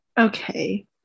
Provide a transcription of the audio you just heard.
Okay